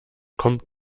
kommt